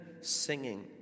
singing